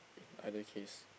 in other case